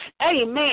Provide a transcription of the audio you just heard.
Amen